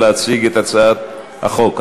להציג את הצעת החוק.